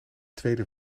tweede